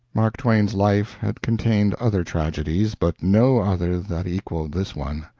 mark twain's life had contained other tragedies, but no other that equaled this one.